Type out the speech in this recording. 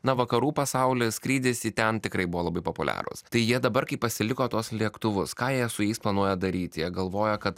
na vakarų pasauly skrydis į ten tikrai buvo labai populiarūs tai jie dabar kai pasiliko tuos lėktuvus ką jie su jais planuoja daryt jie galvoja kad